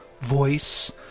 voice